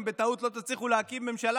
אם בטעות לא תצליחו להקים ממשלה,